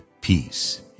peace